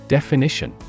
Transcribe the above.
Definition